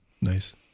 nice